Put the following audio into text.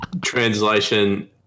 Translation